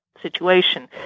situation